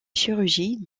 chirurgie